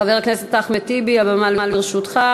חבר הכנסת אחמד טיבי, הבמה לרשותך.